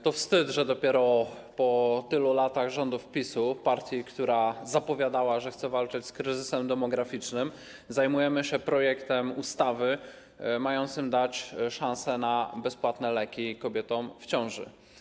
To wstyd, że dopiero po tylu latach rządów PiS-u, partii, która zapowiadała, że chce walczyć z kryzysem demograficznym, zajmujemy się projektem ustawy mającym dać szansę na bezpłatne leki kobietom w ciąży.